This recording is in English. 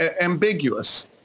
ambiguous